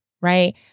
right